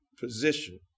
Position